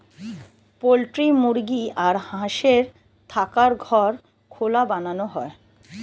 poultry মুরগি আর হাঁসের থাকার ঘর খোলা বানানো হয়